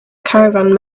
caravan